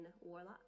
Warlock